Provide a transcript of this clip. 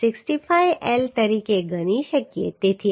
65L તરીકે ગણી શકીએ છીએ